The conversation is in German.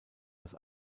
das